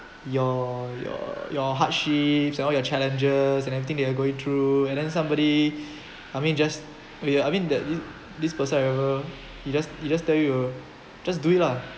your your your hardships and all your challenges and everything that you're going through and then somebody I mean just I mean I mean that this person I ever he just he just tell you to just do it lah